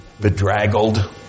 Bedraggled